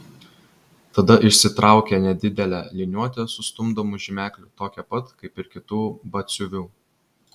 tada išsitraukė nedidelę liniuotę su stumdomu žymekliu tokią pat kaip ir kitų batsiuvių